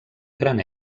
gran